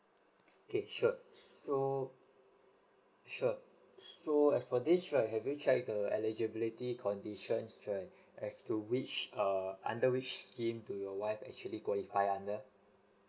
okay sure so sure so as for this right have you checked the eligibility conditions right as to which err under which scheme do your wife actually qualify under